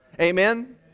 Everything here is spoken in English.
Amen